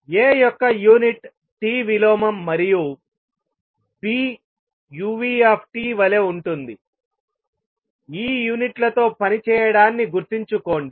A యొక్క unit T విలోమం మరియు Bu వలె ఉంటుంది ఈ యూనిట్లతో పని చేయడాన్ని గుర్తుంచుకోండి